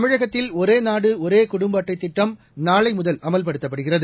தமிழகத்தில் ஒரே நாடு ஒரே குடும்ப அட்டைத் திட்டம் நாளை முதல் அமல்படுத்தப்படுகிறது